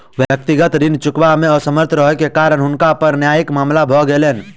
व्यक्तिगत ऋण चुकबै मे असमर्थ रहै के कारण हुनका पर न्यायिक मामला भ गेलैन